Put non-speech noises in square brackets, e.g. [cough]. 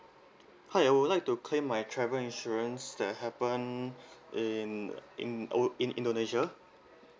hi I would like to claim my travel insurance that happen [breath] in in uh in indonesia